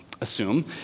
assume